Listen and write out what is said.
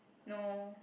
no